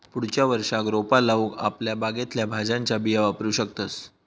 पुढच्या वर्षाक रोपा लाऊक आपल्या बागेतल्या भाज्यांच्या बिया वापरू शकतंस